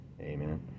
Amen